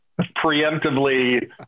preemptively